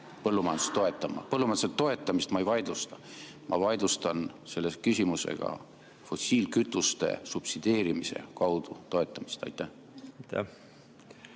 põllumajandust toetama? Põllumajanduse toetamist ma ei vaidlusta. Ma vaidlustan oma küsimusega fossiilkütuste subsideerimise kaudu toetamist. Aitäh!